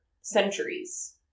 centuries